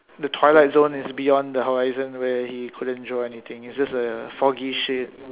the twilight zone is beyond the horizon where he couldn't draw anything it's just a foggy shape